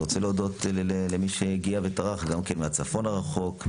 אני רוצה להודות למי שהגיע וטרח גם כן מהצפון הרחוק,